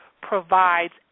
provides